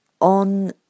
on